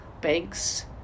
Banks